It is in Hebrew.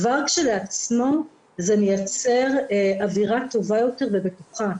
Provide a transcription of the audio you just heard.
כבר כשלעצמו זה מייצר אווירה טובה יותר ובטוחה.